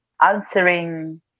answering